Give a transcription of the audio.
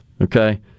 okay